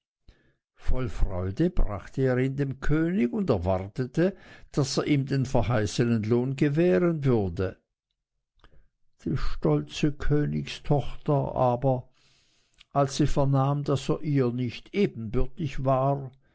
voll freude brachte er ihn dem könige und erwartete daß er ihm den verheißenen lohn gewähren würde die stolze königstochter aber als sie vernahm daß er ihr nicht ebenbürtig war